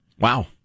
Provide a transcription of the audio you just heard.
Wow